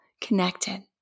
connected